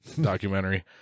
documentary